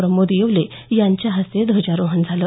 प्रमोद येवले यांच्या हस्ते ध्वजारोहण झालं